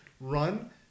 run